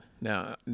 Now